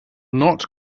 not